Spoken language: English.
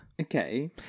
Okay